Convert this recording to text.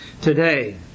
today